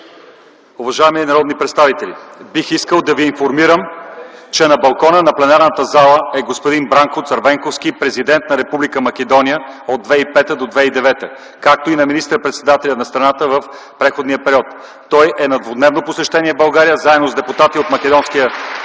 Уважаема народни представители, бих искал да Ви информирам, че на балкона на пленарната зала е господин Бранко Цървенковски – президент на Република Македония от 2005 до 2009 г., както и министър-председател на страната в предходния период. Той е на двудневно посещение в България заедно с депутати от македонския